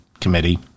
Committee